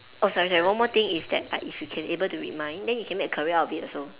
oh sorry sorry one more thing is that uh if you can able to read mind then you can make a career out of it also